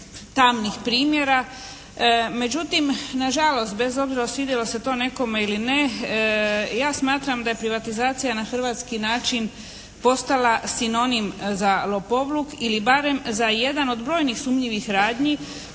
tamnih primjera. Međutim, na žalost bez obzira svidjelo se to nekome ili ne ja smatram da je privatizacija na hrvatski način postala sinonim za lopovluk ili barem za jedan od brojnih sumnjivih radnji